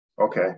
Okay